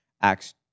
acts